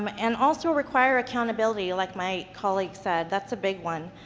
um and also require accountability, like my colleague said. that's a big one.